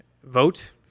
vote